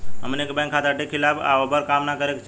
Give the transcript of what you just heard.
हमनी के bank authority के खिलाफ या ओभर काम न करे के चाही